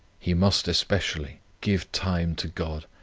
he must especially, give time to god,